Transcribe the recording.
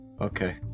Okay